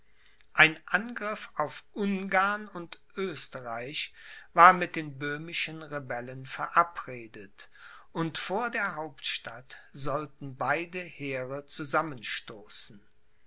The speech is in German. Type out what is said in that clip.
ein angriff auf ungarn und oesterreich war mit den böhmischen rebellen verabredet und vor der hauptstadt sollten beide heere zusammenstoßen